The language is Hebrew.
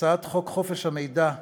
הצעת החוק חופש המידע (תיקון,